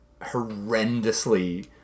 horrendously